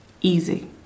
Easy